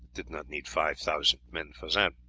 did not need five thousand men for that.